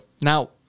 now